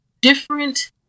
different